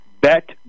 bet